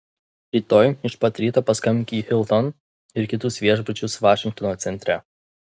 rytoj iš pat ryto paskambink į hilton ir kitus viešbučius vašingtono centre